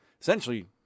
essentially